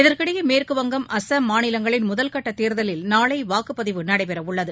இதற்கிடையே மேற்கு வங்கம் அஸ்ஸாம் மாநிலங்களின் முதல்கட்ட தேர்தலில் நாளை வாக்குப்பதிவு நடைபெறவுள்ளது